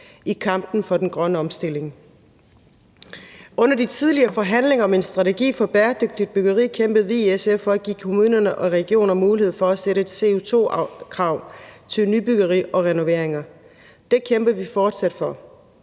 i kampen for den grønne omstilling. Under de tidligere forhandlinger om en strategi for bæredygtigt byggeri kæmpede vi i SF for at give kommuner og regioner mulighed for at sætte et CO2-krav til nybyggeri og renoveringer. Det kæmper vi fortsat for,